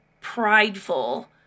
prideful